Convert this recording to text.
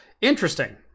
Interesting